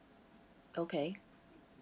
okay